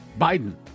Biden